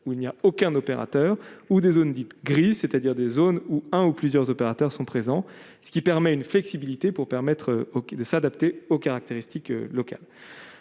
où il n'y a aucun opérateur ou des zones dites grises, c'est-à-dire des zones où un ou plusieurs opérateurs sont présents, ce qui permet une flexibilité pour permettre de s'adapter aux caractéristiques locales